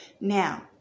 Now